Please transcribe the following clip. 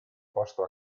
posto